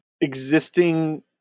existing